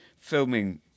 filming